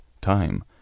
Time